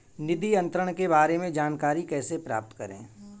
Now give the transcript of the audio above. निधि अंतरण के बारे में जानकारी कैसे प्राप्त करें?